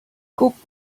guck